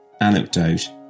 anecdote